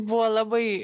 buvo labai